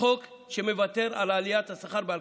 חוק שמוותר על עליית השכר ב-2021.